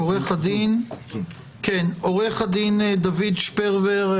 עו"ד דוד שפרכר.